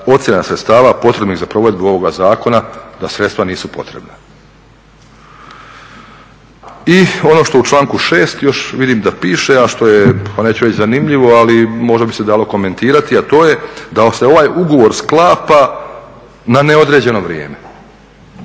ocjena sredstava potrebnih za provedbu ovoga zakona da sredstva nisu potrebna. I ono što u članku 6. još vidim da piše, a što je pa neću reći zanimljivo ali možda bi se dalo komentirati, a to je da se ovaj ugovor sklapa na neodređeno vrijeme.